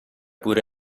pure